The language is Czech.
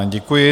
Děkuji.